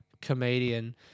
comedian